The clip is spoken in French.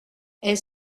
est